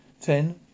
Ten